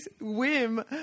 whim